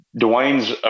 Dwayne's